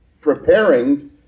preparing